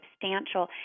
substantial